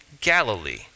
Galilee